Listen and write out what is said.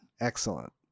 Excellent